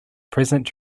present